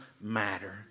matter